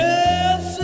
Yes